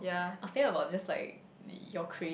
I was thinking about just like your craze